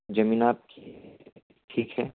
ज़मीन आपकी ठीक है